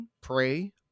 Pray